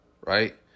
right